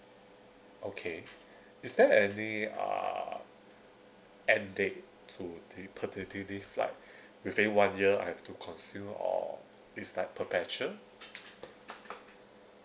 okay is there any uh end date to the paternity leave like within one year I have to consume or is like perpetual